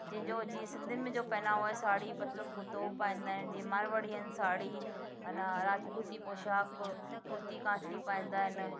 जंहिंजो जीअं सिंधियुनि में जो पहनावो आहे साढ़ी पतलुनि कुर्तो हू पाईंदा आहिनि जीअं मारवाड़ी आहिनि साढ़ी आहिनि राजपूती पोशाक कु कुर्ती काठली पाईंदा आहिनि